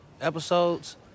episodes